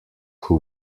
who